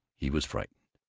he was frightened.